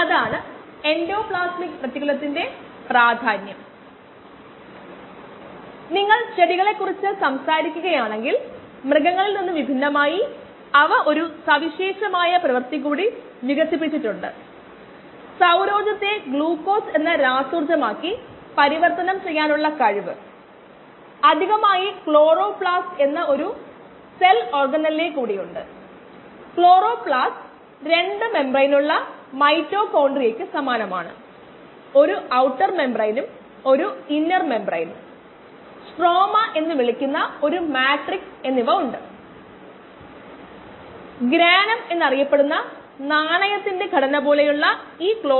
ഈ ഇടത് വശത്ത് കണക്കാക്കിയാൽ നമുക്ക് t 4